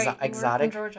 exotic